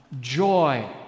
Joy